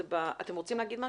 אתם רוצים להגיד משהו?